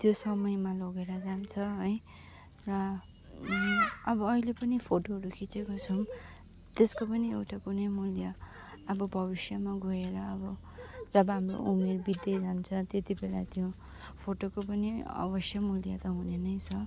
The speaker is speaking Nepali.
त्यो समयमा लगेर जान्छ है र अब अहिले पनि फोटोहरू खिचेको छौँ त्यसको पनि एउटा कुनै मूल्य अब भविष्यमा गएर अब जब हाम्रो उमेर बित्दै जान्छ त्यतिबेला त्यो फोटोको पनि अवश्य मूल्य त हुने नै छ